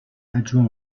adjoint